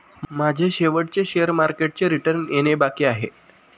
माझे शेवटचे शेअर मार्केटचे रिटर्न येणे बाकी आहे